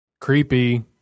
creepy